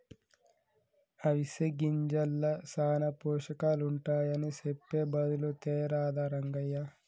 అవిసె గింజల్ల సానా పోషకాలుంటాయని సెప్పె బదులు తేరాదా రంగయ్య